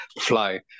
fly